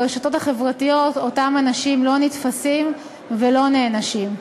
ברשתות החברתיות אותם אנשים לא נתפסים ולא נענשים.